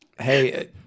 Hey